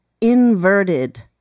inverted